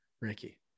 Ricky